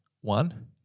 One